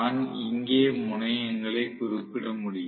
நான் இங்கே முனையங்களை குறிப்பிட முடியும்